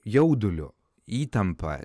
jauduliu įtampa